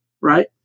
right